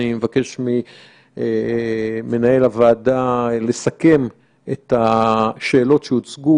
אני מבקש ממנהל הוועדה לסכם את השאלות שהוצגו,